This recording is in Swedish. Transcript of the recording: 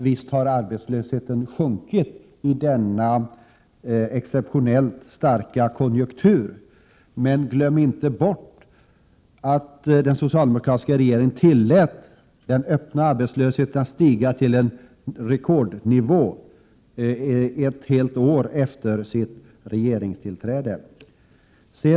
Visst har arbetslösheten minskat i denna osedvanligt starka konjunktur, men glöm inte bort att socialdemokraterna tillät den öppna arbetslösheten stiga till en 33 rekordnivå ett helt år efter sitt regeringstillträde.